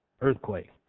Earthquake